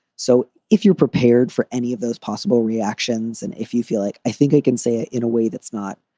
so if you're prepared for any of those possible reactions and if you feel like i think i can say it in a way that's not.